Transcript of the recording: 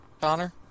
Connor